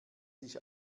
sich